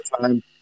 time